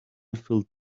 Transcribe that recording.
filled